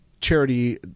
charity